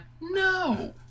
No